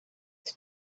the